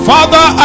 Father